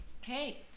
Hey